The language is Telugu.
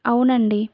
అవునండి